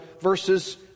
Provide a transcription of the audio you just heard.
verses